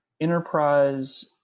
Enterprise